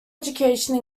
education